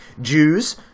Jews